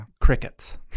Crickets